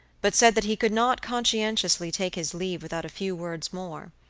but said that he could not conscientiously take his leave without a few words more.